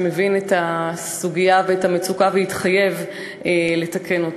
שמבין את הסוגיה ואת המצוקה והתחייב לתקן אותה.